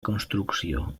construcció